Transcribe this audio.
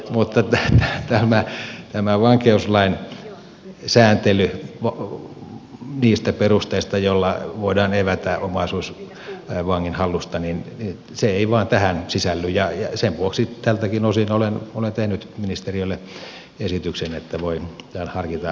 mutta tähän vankeuslain sääntelyyn niistä perusteista joilla voidaan evätä omaisuus vangin hallusta se ei vain sisälly ja sen vuoksi tältäkin osin olen tehnyt ministeriölle esityksen että voi harkita vankeuslain tarkistamista